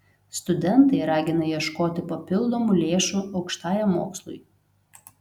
studentai ragina ieškoti papildomų lėšų aukštajam mokslui